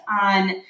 on